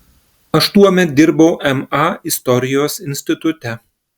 aš tuomet dirbau ma istorijos institute